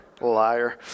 Liar